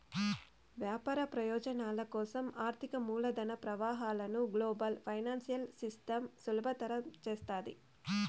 వ్యాపార ప్రయోజనాల కోసం ఆర్థిక మూలధన ప్రవాహాలను గ్లోబల్ ఫైనాన్సియల్ సిస్టమ్ సులభతరం చేస్తాది